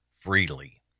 freely